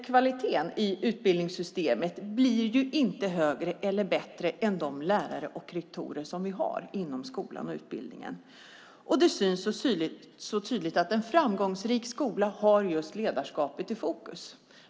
Kvaliteten i utbildningssystemet blir inte högre eller bättre än de lärare och rektorer som vi har inom skolan och utbildningen. Det syns tydligt att en framgångsrik skola har just ledarskapet i fokus.